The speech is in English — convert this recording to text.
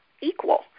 equal